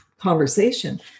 conversation